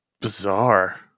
bizarre